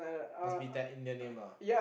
must be that Indian name lah